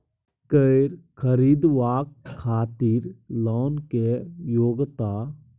कैर खरीदवाक खातिर लोन के योग्यता?